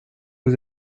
aux